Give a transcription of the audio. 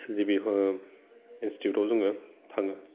जेबि हो इनस्टिटिउटआव जोङो थाङो